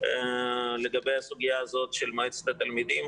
לגבי הסוגיה של מועצת התלמידים.